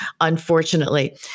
Unfortunately